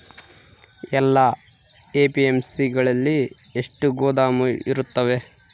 ಎಲ್ಲಾ ಎ.ಪಿ.ಎಮ್.ಸಿ ಗಳಲ್ಲಿ ಎಷ್ಟು ಗೋದಾಮು ಇರುತ್ತವೆ?